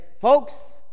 folks